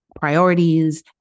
priorities